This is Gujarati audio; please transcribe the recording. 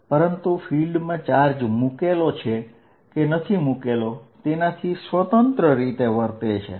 તો વ્યાખ્યાથી ફિલ્ડ દરેક જગ્યાએ અનુભવાય છે પરંતુ ફિલ્ડમાં ચાર્જ મુકેલો છે કે નથી મુકેલો તેનાથી સ્વતંત્ર રીતે વર્તે છે